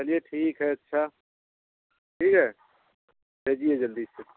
चलिए ठीक है अच्छा ठीक है भेजिए जल्दी से